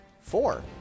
Four